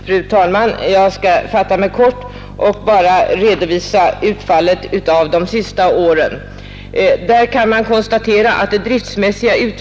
Fru talman! Jag skall fatta mig kort och bara redovisa utfallet av de senaste åren.